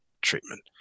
treatment